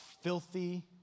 filthy